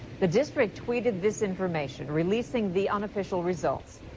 the district tweeted this information releasing the unofficial results.